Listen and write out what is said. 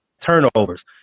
turnovers